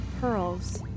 pearls